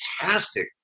fantastic